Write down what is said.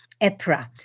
EPRA